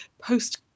post